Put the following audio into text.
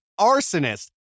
arsonist